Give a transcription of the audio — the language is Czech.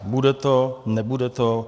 Bude to, nebude to?